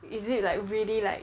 is it like really like